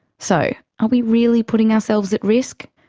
so are we really putting ourselves at risk?